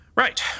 Right